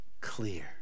clear